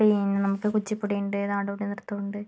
പിന്നെ നമുക്ക് കുച്ചുപ്പുടിയുണ്ട് നാടോടിനൃത്തമുണ്ട്